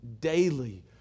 daily